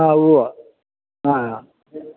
ആ ഉവ്വ ആ